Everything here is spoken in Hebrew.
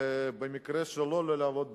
ובמקרה שלא, לא לעבוד בכלל.